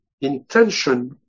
intention